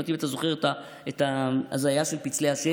אני לא יודעת אם אתה זוכר את ההזיה של פצלי השמן.